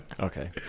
Okay